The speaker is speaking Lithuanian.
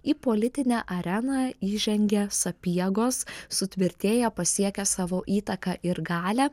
į politinę areną įžengia sapiegos sutvirtėja pasiekia savo įtaką ir galią